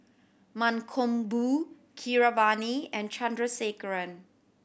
Mankombu Keeravani and Chandrasekaran